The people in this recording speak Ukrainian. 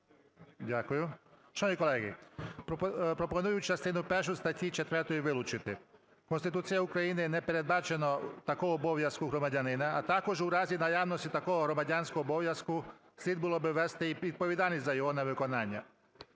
Дякую. Шановні колеги, пропоную частину першу статті 4 вилучити. Конституцією України не передбачено такого обов'язку громадянина, а також у разі наявності такого громадянського обов'язку слід було би ввести і відповідальність за його невиконання.